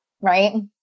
right